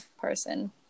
person